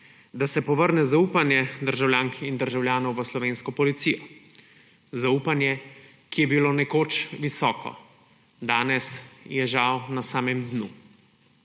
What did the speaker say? Da se povrne zaupanje državljank in državljanov v slovensko policijo, zaupanje, ki je bilo nekoč visoko, danes je žal na samem dnu.